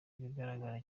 ibigaragara